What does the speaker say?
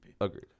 Agreed